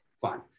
fine